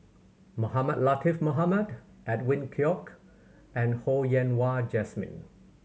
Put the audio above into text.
Mohamed Latiff Mohamed Edwin Koek and Ho Yen Wah Jesmine